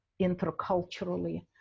interculturally